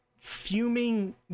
fuming